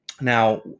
Now